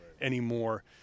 anymore